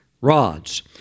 rods